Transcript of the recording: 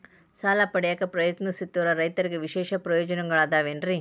ಸಾಲ ಪಡೆಯಾಕ್ ಪ್ರಯತ್ನಿಸುತ್ತಿರುವ ರೈತರಿಗೆ ವಿಶೇಷ ಪ್ರಯೋಜನಗಳು ಅದಾವೇನ್ರಿ?